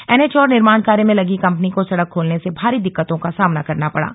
NH और निर्माण कार्य में लगी कम्पनी को सड़क खोलने में भारी दिक्कतों का सामना करना पड़ा